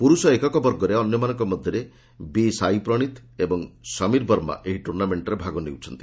ପୁରୁଷ ଏକକ ବର୍ଗରେ ଅନ୍ୟମାନଙ୍କ ମଧ୍ୟରେ ବି ସାଇପ୍ରଣୀତ ଏବଂ ସମୀର ବର୍ମା ଏହି ଟୁର୍ଣ୍ଣାମେଣ୍ଟରେ ଭାଗ ନେଉଛନ୍ତି